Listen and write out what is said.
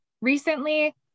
Recently